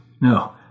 No